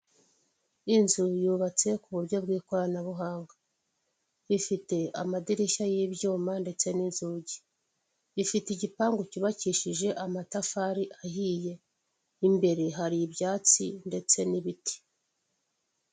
Inzu yubatse ku buryo bw'ikoranabuhanga, ifite amadirishya y'ibyuma ndetse n'inzugi, ifite igipangu cyubakishije amatafari ahiye, imbere hari ibyatsi ndetse n'ibiti.